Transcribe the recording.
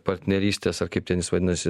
partnerystės ar kaip ten jis vadinasi